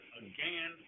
again